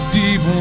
deep